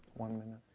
one minute.